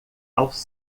aos